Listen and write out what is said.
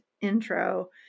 intro